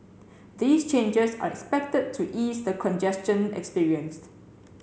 these changes are expected to ease the congestion experienced